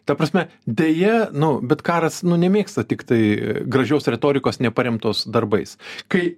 ta prasme deja nu bet karas nu nemėgsta tiktai gražios retorikos neparemtos darbais kai